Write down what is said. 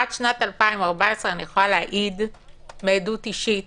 עד שנת 2014 אני יכולה להעיד מעדות אישית